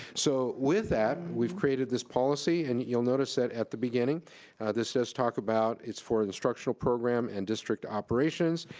so, with that we've created this policy and you'll notice that at the beginning this says talk about it's for structural program and district operations,